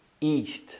east